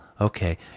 Okay